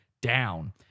down